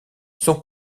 son